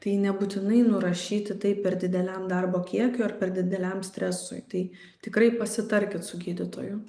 tai nebūtinai nurašyti tai per dideliam darbo kiekiui ar per dideliam stresui tai tikrai pasitarkit su gydytoju